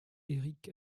éric